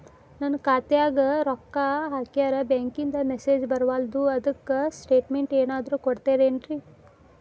ನನ್ ಖಾತ್ಯಾಗ ರೊಕ್ಕಾ ಹಾಕ್ಯಾರ ಬ್ಯಾಂಕಿಂದ ಮೆಸೇಜ್ ಬರವಲ್ದು ಅದ್ಕ ಸ್ಟೇಟ್ಮೆಂಟ್ ಏನಾದ್ರು ಕೊಡ್ತೇರೆನ್ರಿ?